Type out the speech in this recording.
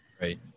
right